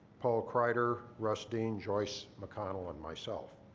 paul kreider, russ dean, joyce mcconnell, and myself.